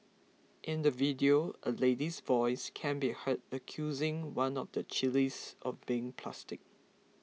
in the video a lady's voice can be heard accusing one of the chillies of being plastic